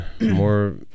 more